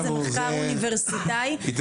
זה מחקר אוניברסיטאי.